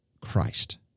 Christ